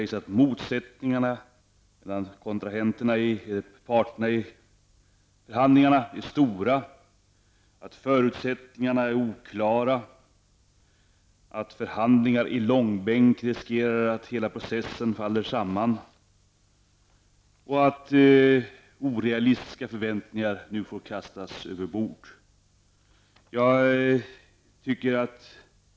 Jo, att motsättningarna mellan parterna i förhandlingarna är stora, att förutsättningarna är oklara, att förhandlingar i långbänk kan leda till att hela processen faller samman och att orealistiska förväntningar nu får kastas överbord.